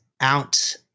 out